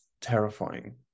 terrifying